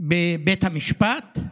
בבית המשפט.